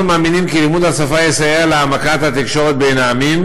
אנחנו מאמינים כי לימוד השפה יסייע להעמקת התקשורת בין העמים,